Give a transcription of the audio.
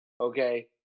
Okay